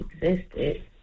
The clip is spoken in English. existed